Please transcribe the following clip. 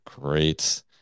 Great